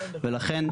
ולכן,